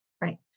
Right